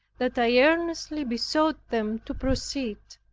that i earnestly besought them to proceed,